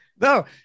no